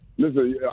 Listen